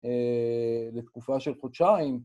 לתקופה של חודשיים.